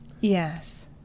Yes